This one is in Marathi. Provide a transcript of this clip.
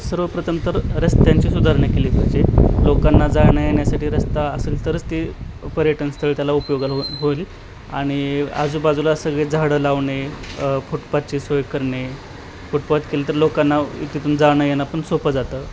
सर्व प्रथम तर रस्त्यांची सुधारणा केली पाहिजे लोकांना जाणं येण्यासाठी रस्ता असेल तरच ते पर्यटनस्थळ त्याला उपयोगाला होईल आणि आजूबाजूला सगळी झाडं लावणे फुटपाथची सोय करणे फुटपाथ केला तर लोकांना तिथून जाणं येणं पण सोपं जातं